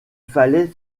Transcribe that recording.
fallait